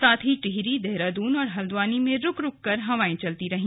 साथ ही टिहरी देहरादून और हल्द्वानी में रुक रुक कर हवाए चलती रही